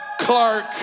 Clark